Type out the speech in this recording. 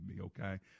Okay